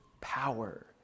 power